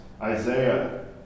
Isaiah